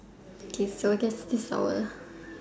okay so I guess this our